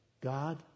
God